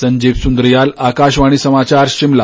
संजीव सुन्द्रियाल आकाशवाणी समाचार शिमला